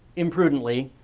imprudently